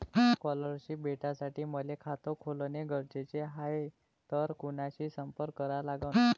Scholarship भेटासाठी मले खात खोलने गरजेचे हाय तर कुणाशी संपर्क करा लागन?